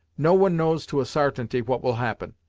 no one knows to a sartainty what will happen,